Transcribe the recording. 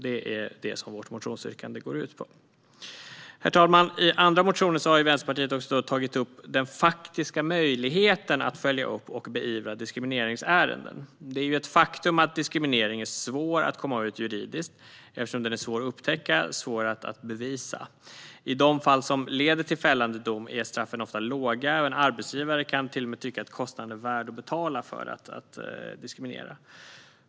Det är vad vårt motionsyrkande går ut på. Herr talman! I andra motioner har Vänsterpartiet tagit upp den faktiska möjligheten att följa upp och beivra diskriminering. Det är ett faktum att diskriminering är svår att komma åt juridiskt, eftersom den är svår att upptäcka och svår att bevisa. I de fall som leder till fällande dom är straffen ofta låga, och en arbetsgivare kan till och med tycka att kostnaden för att diskriminera är värd att betala.